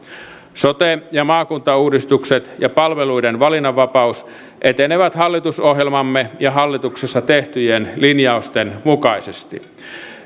sote ja maakuntauudistukset ja palveluiden valinnanvapaus etenevät hallitusohjelmamme ja hallituksessa tehtyjen linjausten mukaisesti